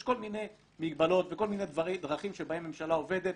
יש כל מיני מגבלות וכל מיני דרכים שבהן הממשלה עובדת,